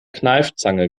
kneifzange